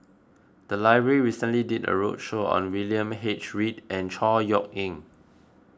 the library recently did a roadshow on William H Read and Chor Yeok Eng